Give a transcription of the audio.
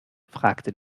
fragte